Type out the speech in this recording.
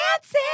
dancing